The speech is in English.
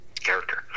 character